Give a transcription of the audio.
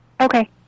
Okay